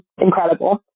incredible